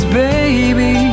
baby